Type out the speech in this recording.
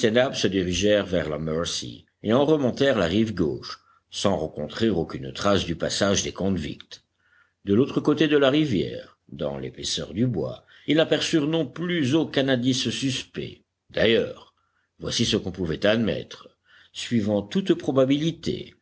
se dirigèrent vers la mercy et en remontèrent la rive gauche sans rencontrer aucune trace du passage des convicts de l'autre côté de la rivière dans l'épaisseur du bois ils n'aperçurent non plus aucun indice suspect d'ailleurs voici ce qu'on pouvait admettre suivant toute probabilité